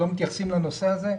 ולא מתייחסים לנושא הזה?